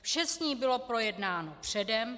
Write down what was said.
Vše s ní bylo projednáno předem.